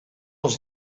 dels